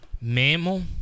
Mammal